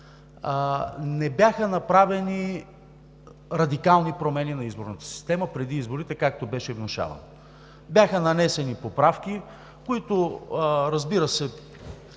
не бяха направени радикални промени на изборната система преди изборите, както беше внушавано. Бяха нанесени поправки, които оказват